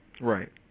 Right